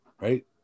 right